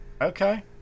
Okay